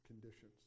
conditions